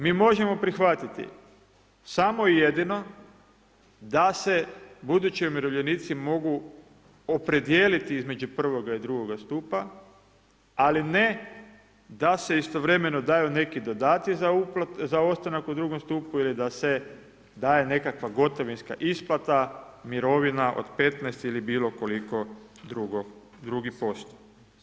Mi možemo prihvatiti samo i jedino da se budući umirovljenici mogu opredijeliti između 1. i 2. stupa ali ne da se istovremeno daju neki dodaci za ostanak u 2. stupu ili da se daje nekakva gotovinska isplata mirovina od 15 ili bilo koliko drugi posto.